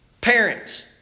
Parents